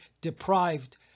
deprived